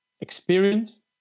Experience